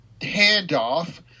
handoff